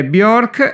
Bjork